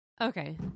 Okay